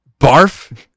Barf